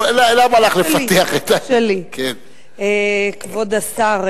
למה לך לפתח את, כבוד השר,